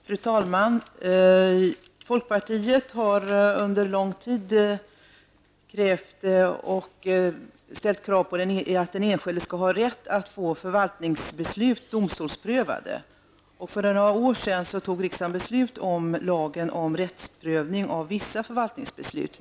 Fru talman! Folkpartiet har under lång tid ställt krav på att den enskilde skall ha rätt att få förvaltningsbeslut domstolsprövade. För några år sedan fattade riksdagen beslut om lagen om rättsprövning av vissa förvaltningsbeslut.